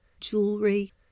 jewelry